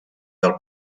del